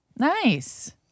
Nice